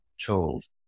tools